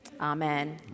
Amen